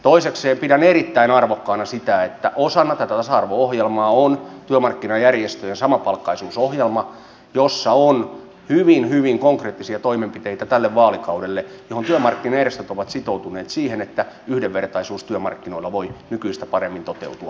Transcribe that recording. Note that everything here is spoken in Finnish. toisekseen pidän erittäin arvokkaana sitä että osana tätä tasa arvo ohjelmaa on työmarkkinajärjestöjen samapalkkaisuusohjelma jossa on hyvin hyvin konkreettisia toimenpiteitä tälle vaalikaudelle ja jossa työmarkkinajärjestöt ovat sitoutuneet siihen että yhdenvertaisuus työmarkkinoilla voi nykyistä paremmin toteutua